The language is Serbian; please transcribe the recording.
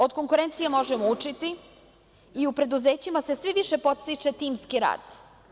Od konkurencije možemo učiti i u preduzećima se sve više podstiče timski rad.